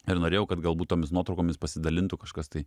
ir norėjau kad galbūt tomis nuotraukomis pasidalintų kažkas tai